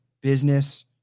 business